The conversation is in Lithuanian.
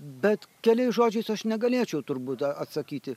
bet keliais žodžiais aš negalėčiau turbūt atsakyti